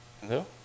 Hello